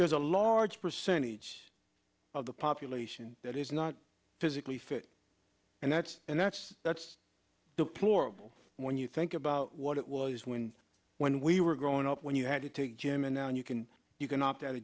there's a large percentage of the population that is not physically fit and that's and that's that's deplorable when you think about what it was when when we were growing up when you had to take gym and now you can you can opt out